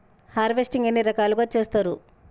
Harvesting ఎన్ని రకాలుగా చేస్తరు?